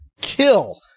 kill